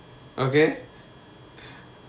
okay